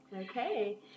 Okay